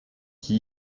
qui